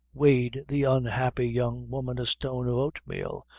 weighed the unhappy young woman a stone of oatmeal,